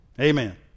amen